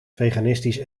veganistisch